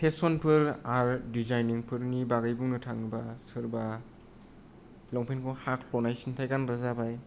फेसनफोर आरो डिजाइननि बारे बुंनो थाङोबा लंफेनखौ हाखनाय सिनथाय गानग्रा जाबाय